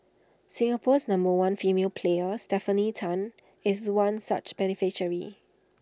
Singapore's number one female player Stefanie Tan is one such beneficiary